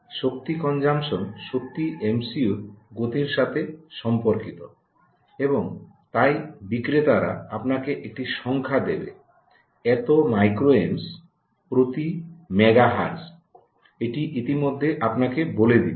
শক্তি consumption সত্যিই এমসিইউর গতির সাথেই সম্পর্কিত এবং তাই বিক্রেতারা আপনাকে একটি সংখ্যা দেবে এত মাইক্রো অ্যাম্পস 𝛍A প্রতি মেগা হার্টজ এটি ইতিমধ্যে আপনাকে বলে দিচ্ছে